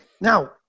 Now